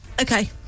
Okay